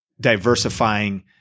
diversifying